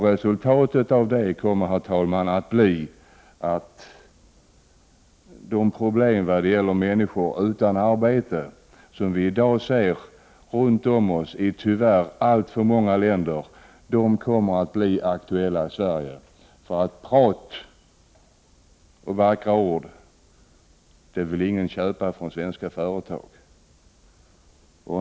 Resultatet av detta kommer, herr talman, att bli att de problem vad gäller människor utan arbete som vi i dag ser runt om oss i tyvärr alltför många länder blir aktuella även i Sverige. Prat och vackra ord vill ingen köpa av svenska företag.